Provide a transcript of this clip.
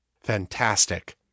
Fantastic